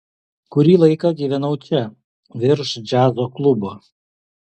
kurį laiką gyvenau čia virš džiazo klubo